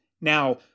Now